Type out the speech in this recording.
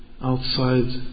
outside